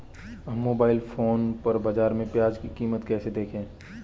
हम mobile phone पर बाज़ार में प्याज़ की कीमत कैसे देखें?